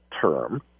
term